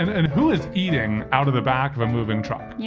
and who is eating out of the back of a moving truck? yeah